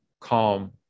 calm